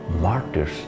martyrs